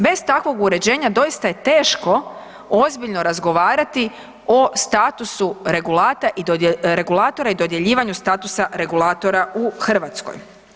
Bez takvog uređenja doista je teško ozbiljno razgovarati o statusu regulatora i dodjeljivanju statusa regulatora u Hrvatskoj.